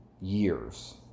years